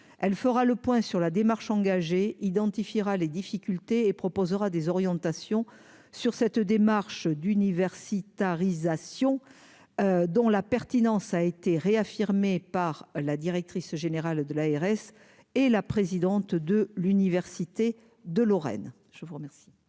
elle fera le point sur la démarche engagée identifiera les difficultés et proposera des orientations sur cette démarche d'université Ariza Sion, dont la pertinence a été réaffirmée par la directrice générale de l'ARS et la présidente de l'Université de Lorraine je vous promets.